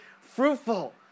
fruitful